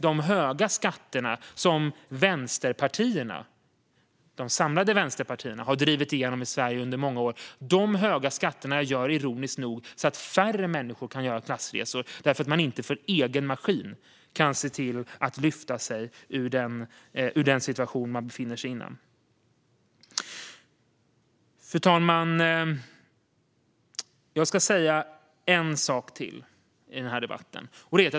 De höga skatter som de samlade vänsterpartierna har drivit igenom i Sverige under många år gör ironiskt nog att färre människor kan göra klassresor, då de inte för egen maskin kan lyfta sig ur den situation de befinner sig i. Fru talman! Jag vill ta upp ytterligare en sak i denna debatt.